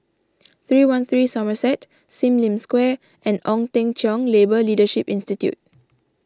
three one three Somerset Sim Lim Square and Ong Teng Cheong Labour Leadership Institute